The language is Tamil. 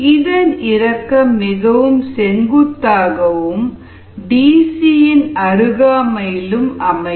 இதன் இரக்கம் மிகவும் செங்குத்தாகவும் DC இன் அருகாமையிலும் அமையும்